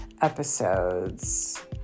episodes